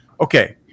Okay